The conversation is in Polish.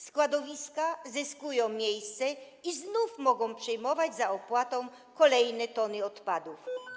Składowiska zyskują miejsce i znów mogą przyjmować - za stosowną opłatę - kolejne tony odpadów.